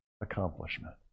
accomplishment